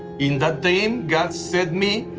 in that dream god said me,